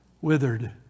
withered